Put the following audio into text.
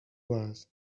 was